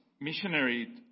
missionary